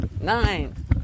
nine